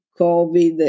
COVID